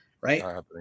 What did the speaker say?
right